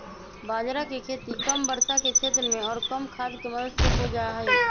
बाजरा के खेती कम वर्षा के क्षेत्र में और कम खाद के मदद से हो जाहई